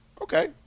Okay